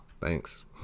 Thanks